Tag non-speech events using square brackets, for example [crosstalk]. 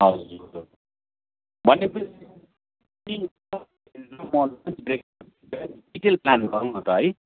हजुर भनेपछि [unintelligible] detail plan गरौँ न त है